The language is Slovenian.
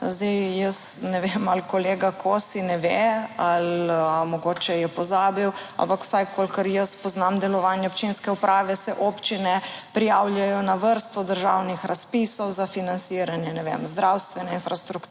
zdaj jaz ne vem, ali kolega Kosi ne ve ali mogoče je pozabil, ampak vsaj kolikor jaz poznam delovanje občinske uprave, se občine prijavljajo na vrsto državnih razpisov za financiranje, ne vem, zdravstvene infrastrukture,